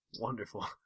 Wonderful